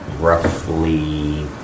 roughly